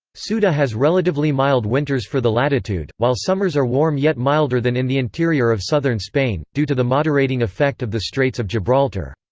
ceuta has relatively mild winters for the latitude, while summers are warm yet milder than in the interior of southern spain, due to the moderating effect of the straits of gibraltar.